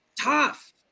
Tough